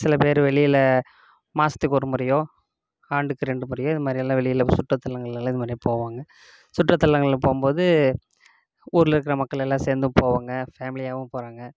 சில பேர் வெளியில் மாதத்துக்கு ஒரு முறையோ ஆண்டுக்கு ரெண்டு முறையோ இது மாதிரியெல்லாம் வெளியில் சுற்றுலாத்தலங்கள் எல்லாம் இதுமாதிரி போவாங்க சுற்றுலாத்தலங்களில் போகும் போது ஊரில் இருக்கிற மக்கள் எல்லாம் சேர்ந்தும் போவாங்க ஃபேமிலியாகவும் போகிறாங்க